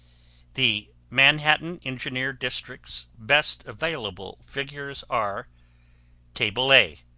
the manhattan engineer district's best available figures are table a